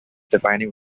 defining